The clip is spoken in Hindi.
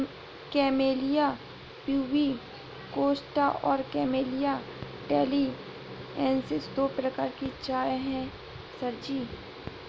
कैमेलिया प्यूबिकोस्टा और कैमेलिया टैलिएन्सिस दो प्रकार की चाय है सर जी